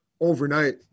overnight